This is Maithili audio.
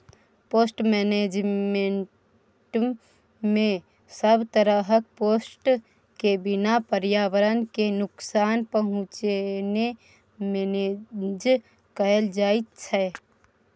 पेस्ट मेनेजमेन्टमे सब तरहक पेस्ट केँ बिना पर्यावरण केँ नुकसान पहुँचेने मेनेज कएल जाइत छै